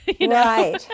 right